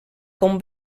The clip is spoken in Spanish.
con